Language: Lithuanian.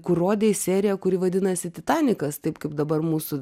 kur rodei seriją kuri vadinasi titanikas taip kaip dabar mūsų